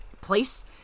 place